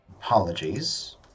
Apologies